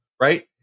right